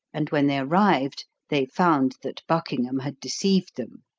and when they arrived, they found that buckingham had deceived them.